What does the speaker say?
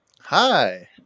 Hi